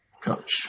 Coach